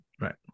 Right